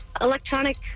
Electronic